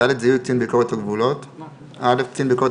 זיהוי קצין ביקורת הגבולות 10ד. (א) קצין ביקורת